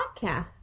podcast